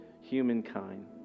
humankind